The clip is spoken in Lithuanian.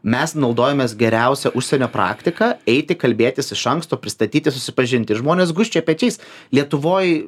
mes naudojamės geriausia užsienio praktika eiti kalbėtis iš anksto pristatyti susipažinti žmonės gūžčioja pečiais lietuvoj